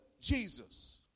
Jesus